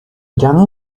dernier